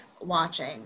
watching